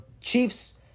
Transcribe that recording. Chiefs